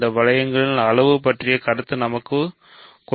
இந்த வளையங்களில் அளவு பற்றிய கருத்து நமக்கு உள்ளது